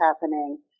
happening